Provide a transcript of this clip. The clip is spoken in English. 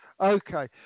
Okay